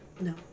No